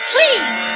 Please